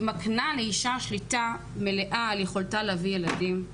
היא מקנה לאישה שליטה מלאה על יכולתה להביא ילדים,